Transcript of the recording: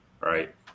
right